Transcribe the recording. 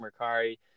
mercari